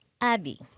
Abby